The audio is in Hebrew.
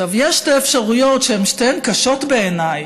יש שתי אפשרויות, שהן שתיהן קשות בעיניי: